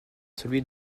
celui